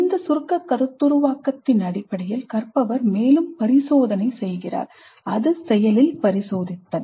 இந்த சுருக்க கருத்துருவாக்கத்தின் அடிப்படையில் கற்பவர் மேலும் பரிசோதனை செய்கிறார் அது செயலில் பரிசோதித்தல்